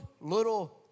little